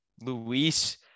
Luis